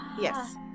Yes